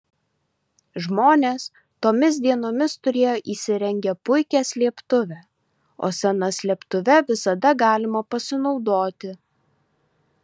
žmonės tomis dienomis turėjo įsirengę puikią slėptuvę o sena slėptuve visada galima pasinaudoti